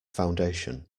foundation